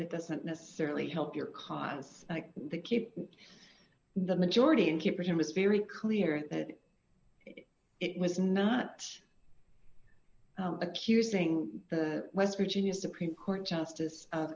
that doesn't necessarily help your cause they keep the majority and keep him as very clear that it was not accusing the west virginia supreme court justice of